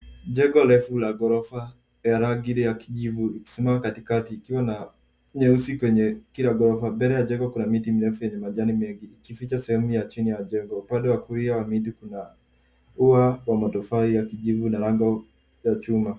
Jengo refu la gorofa la rangi ya kijivu ikisimama katikati ikiwa na nyeusi kwenye kila gorofa. Mbele yake kuna miti mirefu yenye majani mengi ikificha sehemu ya chini ya jengo. Upande wa kulia wa miti kuna ua wa matofali ya kijivu na lango la chuma.